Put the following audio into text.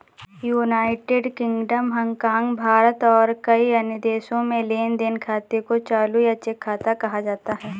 United Kingdom, Hong Kong, Bharat और कई अन्य देशों में लेन देन खाते को चालू या चेक खाता कहा जाता है